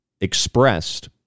expressed